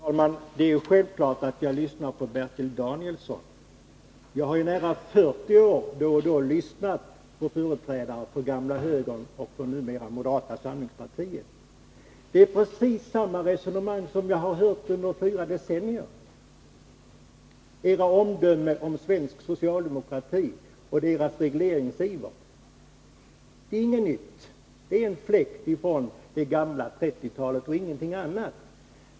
Herr talman! Det är självklart att jag lyssnar på Bertil Danielsson. Jag har i nära 40 år då och då lyssnat på företrädare för tidigare den gamla högern och numera moderata samlingspartiet. Det är precis samma resonemang nu som jag har hört under fyra decennier. Era omdömen om svensk socialdemokrati och dess regleringsiver är ingenting nytt — det är en fläkt från det gamla 30-talet och ingenting annat.